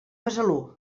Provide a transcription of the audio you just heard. besalú